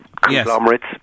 conglomerates